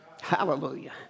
Hallelujah